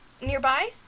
nearby